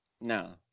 No